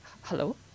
Hello